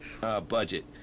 budget